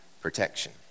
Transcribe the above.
protection